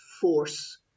force